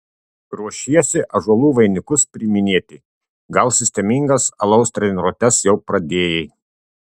ruošiesi ąžuolų vainikus priiminėti gal sistemingas alaus treniruotes jau pradėjai